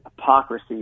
hypocrisy